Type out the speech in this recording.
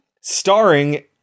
Starring